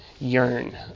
yearn